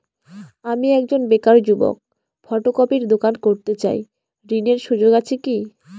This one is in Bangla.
আমি একজন বেকার যুবক ফটোকপির দোকান করতে চাই ঋণের সুযোগ আছে কি?